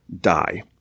die